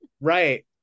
Right